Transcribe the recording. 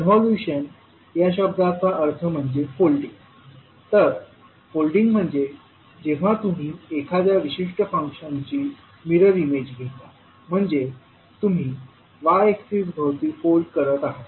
convolution या शब्दाचा अर्थ म्हणजे फोल्डिंग तर फोल्डिंग म्हणजे जेव्हा तुम्ही एखाद्या विशिष्ट फंक्शनची मिरर इमेज घेता म्हणजे तुम्ही y एक्सिस भवती फोल्ड करत आहात